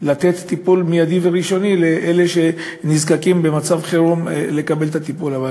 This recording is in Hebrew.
לתת טיפול מיידי וראשוני לאלה שנזקקים לקבל את הטיפול במצב חירום.